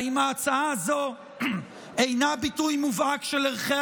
האם הצעה זו אינה ביטוי מובהק של ערכי